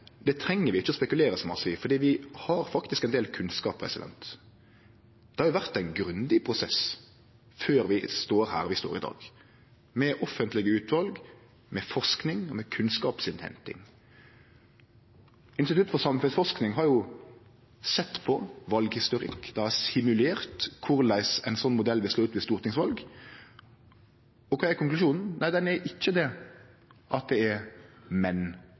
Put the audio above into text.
vi har faktisk ein del kunnskap. Det har vore ein grundig prosess før vi står her vi står i dag – med offentlege utval, med forsking, med kunnskapsinnhenting. Institutt for samfunnsforsking har sett på valhistorikk, dei har simulert korleis ein sånn modell vil slå ut ved stortingval. Og kva er konklusjonen? Konklusjonen er ikkje det at det er menn